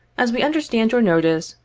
as we understand your notice,